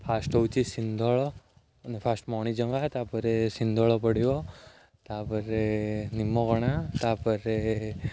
first ହେଉଛି ସିନ୍ଦଳ ମାନେ ଫାର୍ଷ୍ଟ ମଣିଜଙ୍ଗା ତା'ପରେ ସିନ୍ଦଳ ପଡ଼ିବ ତା'ପରେ ନିମକଣା ତା'ପରେ